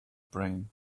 brain